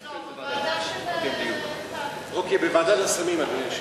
לא, בוועדה של טלב.